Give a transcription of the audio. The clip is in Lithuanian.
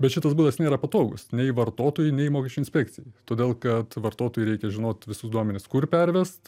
bet šitas būdas nėra patogus nei vartotojui nei mokesčių inspekcijai todėl kad vartotojui reikia žinot visus duomenis kur pervest